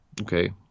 okay